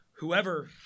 whoever